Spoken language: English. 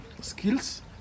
skills